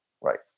Right